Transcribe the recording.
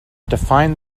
defined